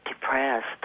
depressed